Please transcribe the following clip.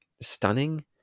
stunning